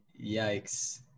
Yikes